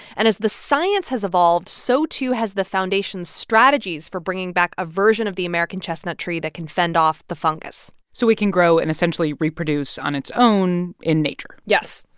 and as the science has evolved, so, too, has the foundation's strategies for bringing back a version of the american chestnut tree that can fend off the fungus so it can grow and essentially reproduce on its own in nature yes.